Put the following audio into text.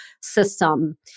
system